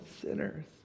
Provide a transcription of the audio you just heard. sinners